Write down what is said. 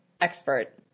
expert